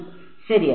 ശരിയാണ്